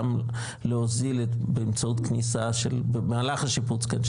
גם להוזיל באמצעות כניסה של במהלך השיפוץ של